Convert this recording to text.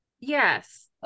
Yes